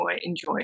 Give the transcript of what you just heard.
enjoy